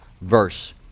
verse